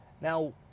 Now